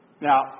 Now